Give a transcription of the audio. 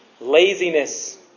laziness